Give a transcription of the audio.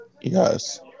Yes